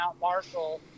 Marshall